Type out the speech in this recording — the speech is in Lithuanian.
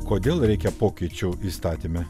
kodėl reikia pokyčių įstatyme